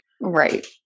right